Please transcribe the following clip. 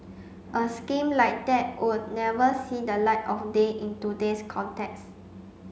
a scheme like that would never see the light of day in today's context